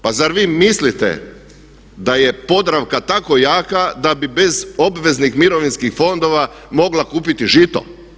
Pa zar vi mislite da je Podravka tako jaka da bi bez obveznih mirovinskih fondova mogla kupiti žito?